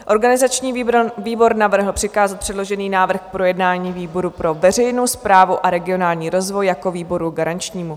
Organizační výbor navrhl přikázat předložený návrh k projednání výboru pro veřejnou správu a regionální rozvoj jako výboru garančnímu.